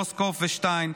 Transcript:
גרוסקופ ושטיין,